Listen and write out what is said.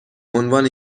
عنوان